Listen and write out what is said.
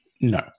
No